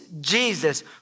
Jesus